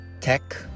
tech